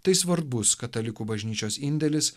tai svarbus katalikų bažnyčios indėlis